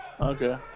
Okay